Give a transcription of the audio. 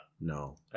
No